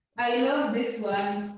i love this one.